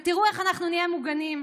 ותראו איך אנחנו נהיה מוגנים.